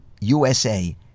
USA